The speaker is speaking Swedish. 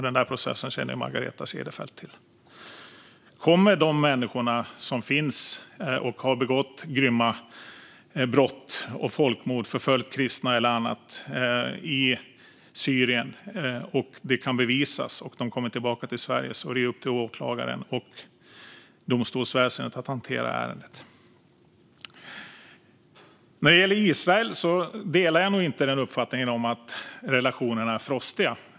Den där processen känner Margareta Cederfelt till. Om det kan bevisas att människor har begått grymma brott, begått folkmord, förföljt kristna eller annat i Syrien och dessa människor kommer tillbaka till Sverige är det upp till åklagaren och domstolsväsendet att hantera ärendet. När det gäller Israel delar jag nog inte uppfattningen att relationerna är frostiga.